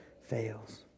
fails